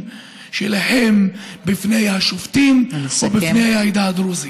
שלה בפני השופטים ובפני העדה הדרוזית.